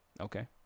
Okay